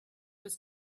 was